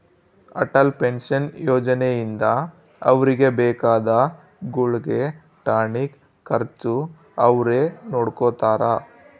Atal pension ಯೋಜನೆ ಇಂದ ಅವ್ರಿಗೆ ಬೇಕಾದ ಗುಳ್ಗೆ ಟಾನಿಕ್ ಖರ್ಚು ಅವ್ರೆ ನೊಡ್ಕೊತಾರ